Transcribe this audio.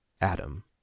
Adam